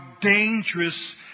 dangerous